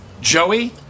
Joey